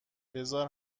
بزار